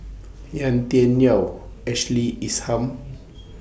Yau Tian Yau Ashley Isham